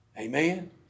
Amen